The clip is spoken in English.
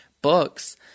books